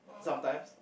sometimes